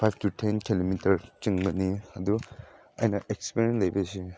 five to ten kilometre ꯆꯦꯜꯂꯅꯤ ꯑꯗꯨ ꯑꯩꯅ ꯑꯦꯛꯄꯔꯤꯌꯦꯟꯁ ꯂꯩꯕꯁꯦ